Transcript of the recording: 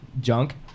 junk